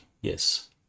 yes